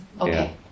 Okay